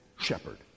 shepherd